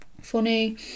funny